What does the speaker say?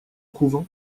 couvent